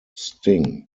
sting